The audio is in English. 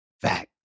Fact